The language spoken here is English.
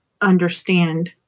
understand